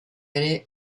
ere